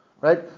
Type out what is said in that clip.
right